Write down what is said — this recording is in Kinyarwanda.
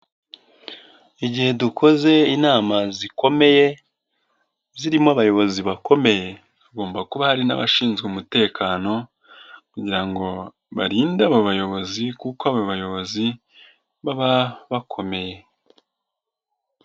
Igihe dukoze inama zikomeye zirimo abayobozi bakomeye hagomba kuba hari n'abashinzwe umutekano kugira ngo barinde abo bayobozi, kuko abo bayobozi baba bakomeye.